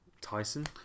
Tyson